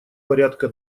порядка